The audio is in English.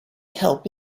help